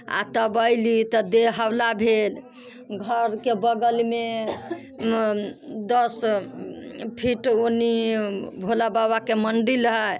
आओर तब ऐली तऽ देह हौला भेल घरके बगलमे दस फीट ओनी भोला बाबाके मन्दिर हय